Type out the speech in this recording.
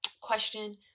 question